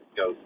go